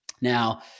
Now